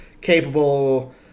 capable